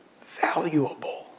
valuable